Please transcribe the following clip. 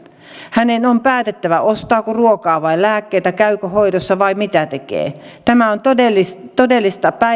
hänen on päätettävä ostaako ruokaa vai lääkkeitä käykö hoidossa vai mitä tekee tämä on todellista todellista